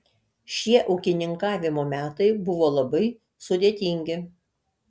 šie ūkininkavimo metai buvo labai sudėtingi